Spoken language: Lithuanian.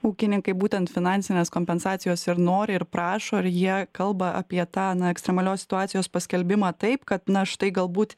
ūkininkai būtent finansinės kompensacijos ir nori ir prašo ir jie kalba apie tą na ekstremalios situacijos paskelbimą taip kad na štai galbūt